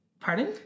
Pardon